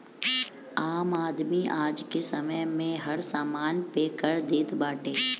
आम आदमी आजके समय में हर समान पे कर देत बाटे